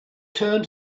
turned